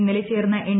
ഇന്നലെ ചേർന്ന എൻ